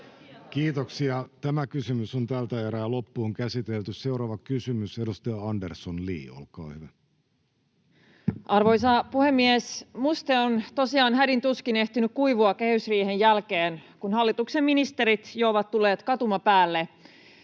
pelkkien päästövähennysten sijaan. Seuraava kysymys, edustaja Andersson, Li, olkaa hyvä. Arvoisa puhemies! Muste on tosiaan hädin tuskin ehtinyt kuivua kehysriihen jälkeen, kun hallituksen ministerit ovat jo tulleet katumapäälle